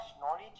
knowledge